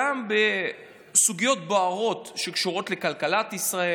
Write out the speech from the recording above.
גם בסוגיות בוערות שקשורות לכלכלת ישראל,